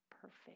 perfect